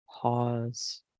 Pause